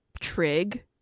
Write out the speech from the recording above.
trig